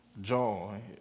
joy